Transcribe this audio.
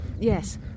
Yes